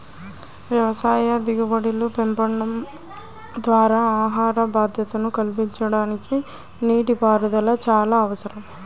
వ్యవసాయ దిగుబడులు పెంచడం ద్వారా ఆహార భద్రతను కల్పించడానికి నీటిపారుదల చాలా అవసరం